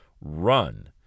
run